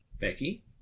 Becky